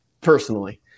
personally